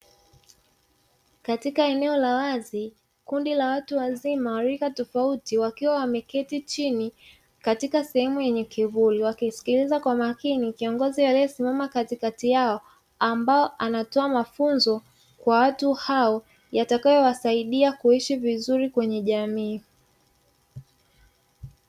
Katika eneo la wazi kundi la watu wazima wa rika tofauti, wakiwa wameketi chini katika sehemu yenye kivuli wakimsikiliza kwa makini kiongozi aliyesimama katikati yao ambaye anatoa mafunzo kwa watu hao, yatakayowasaidia kuishi vizuri kwenye jamii.